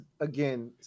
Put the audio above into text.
again